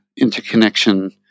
interconnection